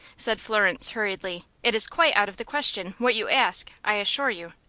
said florence, hurriedly. it is quite out of the question what you ask i assure you.